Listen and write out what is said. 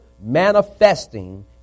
manifesting